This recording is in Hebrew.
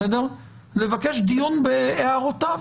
לבקש דיון בהערותיו.